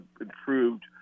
improved –